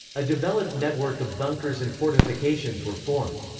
a developed network of bunkers and fortifications were formed.